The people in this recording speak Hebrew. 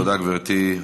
תודה, גברתי.